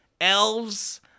elves